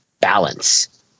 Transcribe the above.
balance